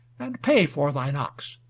and pay for thine ox.